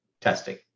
testing